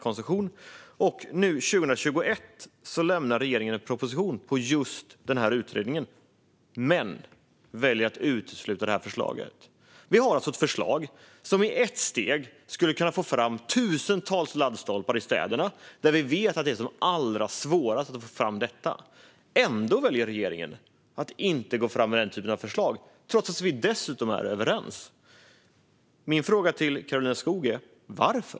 Och nu 2021 lämnar regeringen en proposition utifrån just denna utredning men väljer att utesluta detta förslag. Vi har alltså ett förslag som gör att man i ett steg skulle kunna få fram tusentals laddstolpar i städerna, där vi vet att det är allra svårast att få fram dem. Ändå väljer regeringen att inte gå fram med den typen av förslag, trots att vi dessutom är överens. Min fråga till Karolina Skog är: Varför?